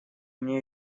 меня